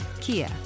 Kia